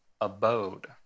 abode